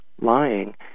lying